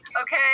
okay